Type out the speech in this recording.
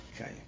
Okay